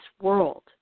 world